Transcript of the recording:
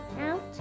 out